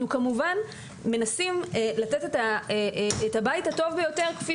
אנחנו כמובן מנסים לתת את הבית הטוב ביותר כפי